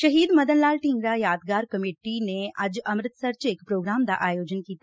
ਸ਼ਹੀਦ ਮਦਨ ਲਾਲ ਢੀਗਰਾ ਯਾਦਗਾਰ ਕਮੇਟੀ ਨੇ ਅੱਜ ਅੰਮ੍ਰਿਤਸਰ ਚ ਇਕ ਪ੍ਰੋਗਰਾਮ ਦਾ ਆਯੋਜਨ ਕੀਤਾ